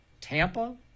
Tampa